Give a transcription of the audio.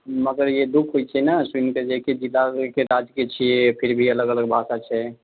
मगर ई दुःख होइत छै ने सुनिके जे एके जिला एके राज्यके छियै फिर भी अलग अलग भाषा छै